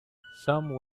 some